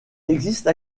existe